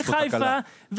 זה כאילו אני מכבי חיפה,